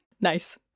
Nice